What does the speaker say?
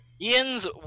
Ian's